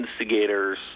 instigators